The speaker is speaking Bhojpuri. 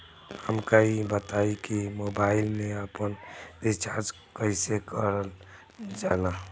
हमका ई बताई कि मोबाईल में आपन रिचार्ज कईसे करल जाला?